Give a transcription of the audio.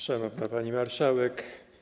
Szanowna Pani Marszałek!